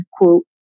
quote